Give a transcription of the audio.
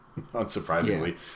unsurprisingly